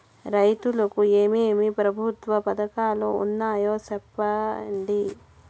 రైతుకు ఏమేమి ప్రభుత్వ పథకాలు ఉన్నాయో సెప్పండి?